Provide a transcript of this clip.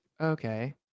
Okay